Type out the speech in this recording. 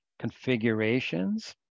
configurations